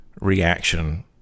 reaction